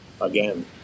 again